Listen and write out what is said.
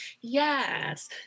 Yes